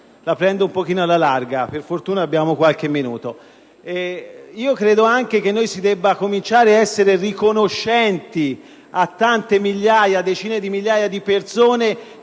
(la prendo un pochino alla larga, ma per fortuna abbiamo qualche minuto). Credo anche si debba cominciare ad essere riconoscenti a tante decine di migliaia di persone